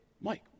Mike